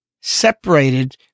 separated